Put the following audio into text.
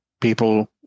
people